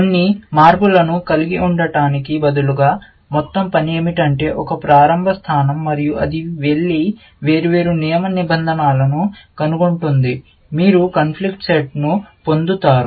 కొన్ని మార్పులను కలిగి ఉండటానికి బదులుగా మొత్తం పని ఏమిటంటే ఒక ప్రారంభ స్థానం మరియు అది వెళ్లి వేర్వేరు నియమ నిబంధనలను కనుగొంటుంది మీరు కాన్ఫ్లిక్ట్ సెట్ ను పొందుతారు